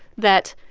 that,